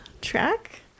track